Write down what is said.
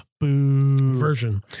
version